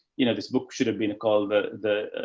you know, this book should have been a call. the, the, ah,